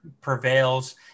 prevails